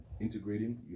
integrating